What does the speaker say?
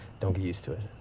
don't get used to it.